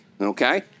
Okay